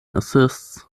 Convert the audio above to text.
assists